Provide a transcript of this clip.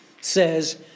says